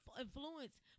influence